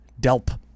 Delp